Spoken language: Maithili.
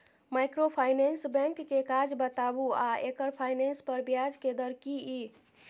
माइक्रोफाइनेंस बैंक के काज बताबू आ एकर फाइनेंस पर ब्याज के दर की इ?